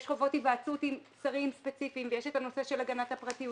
יש חובות היוועצות עם שרים ספציפיים ויש את הנושא של הגנת הפרטיות